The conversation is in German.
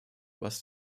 was